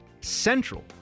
central